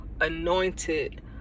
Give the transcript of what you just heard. anointed